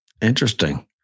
Interesting